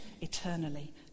eternally